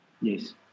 Yes